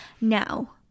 now